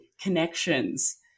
connections